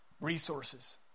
resources